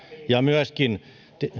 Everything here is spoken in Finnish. ja myöskin